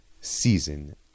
season